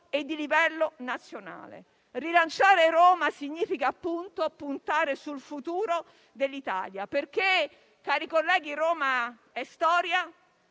e di livello nazionale. Rilanciare Roma significa appunto puntare sul futuro dell'Italia, perché, cari colleghi, Roma è storia,